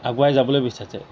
আগুৱাই যাবলৈ বিচাৰিছে